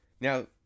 Now